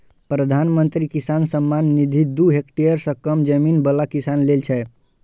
प्रधानमंत्री किसान सम्मान निधि दू हेक्टेयर सं कम जमीन बला किसान लेल छै